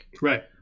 Right